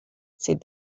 said